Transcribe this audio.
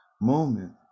moment